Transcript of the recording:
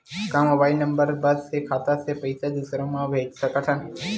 का mobile number बस से खाता से पईसा दूसरा मा भेज सकथन?